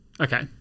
Okay